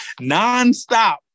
nonstop